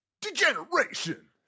Degeneration